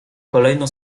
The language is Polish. kolejno